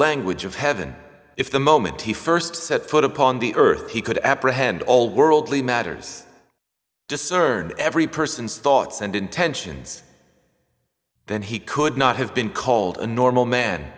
language of heaven if the moment he st set foot upon the earth he could apprehend all worldly matters discerned every person's thoughts and intentions then he could not have been called a normal man